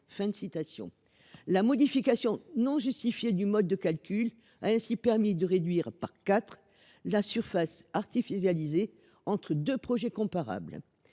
Une modification non justifiée du mode de calcul a ainsi permis de diviser par quatre la surface artificialisée entre deux projets comparables.